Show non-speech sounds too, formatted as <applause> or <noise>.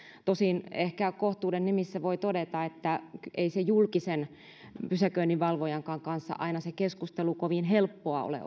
tosin ehkä kohtuuden nimissä voi todeta että ei se keskustelu julkisenkaan pysäköinninvalvojan kanssa aina kovin helppoa ole <unintelligible>